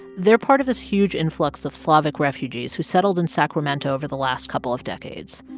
they're part of this huge influx of slavic refugees who settled in sacramento over the last couple of decades.